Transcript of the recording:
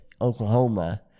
Oklahoma